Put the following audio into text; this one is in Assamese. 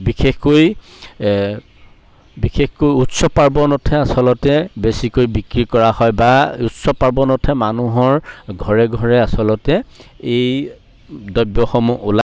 বিশেষকৈ এ বিশেষকৈ উৎসৱ পাৰ্বণতহে আচলতে বেছিকৈ বিক্ৰী কৰা হয় বা উৎসৱ পাৰ্বণতহে মানুহৰ ঘৰে ঘৰে আচলতে এই দ্ৰব্যসমূহ ওলায়